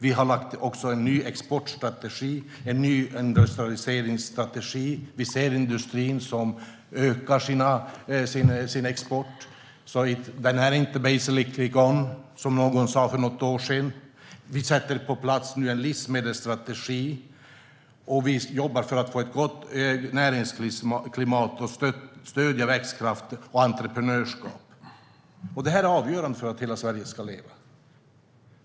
Vi har också lagt fram en ny exportstrategi och en ny industrialiseringsstrategi. Vi ser att industrin ökar sin export. Den är alltså inte basically gone, som någon sa för något år sedan. Vi sätter nu en livsmedelsstrategi på plats, och vi jobbar för att få ett gott näringslivsklimat och för att stödja växtkraft och entreprenörskap. Detta är avgörande för att hela Sverige ska leva.